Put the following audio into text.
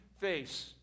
face